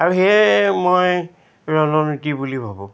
আৰু সেয়ে মই ৰণনীতি বুলি ভাবোঁ